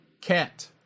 cat